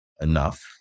enough